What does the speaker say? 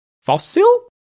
Fossil